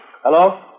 Hello